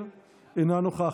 אינו נוכח,